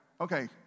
Okay